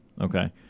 Okay